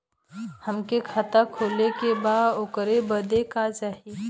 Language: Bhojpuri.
हमके खाता खोले के बा ओकरे बादे का चाही?